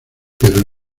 pero